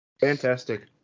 fantastic